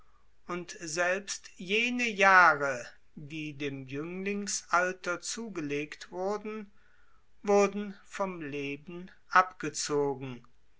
und selbst jene jahre die dem jünglingsalter zugelegt wurden wurden vom leben abgezogen